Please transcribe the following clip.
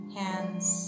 hands